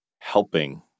helping